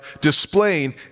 displaying